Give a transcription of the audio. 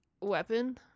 weapon